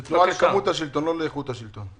זו תנועה ל --- השלטון, לא לאיכות השלטון.